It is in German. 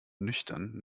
nüchtern